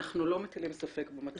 אנחנו לא מטילים ספק במטרות.